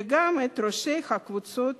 וגם את ראשי הקבוצות